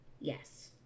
Yes